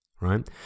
right